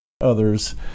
others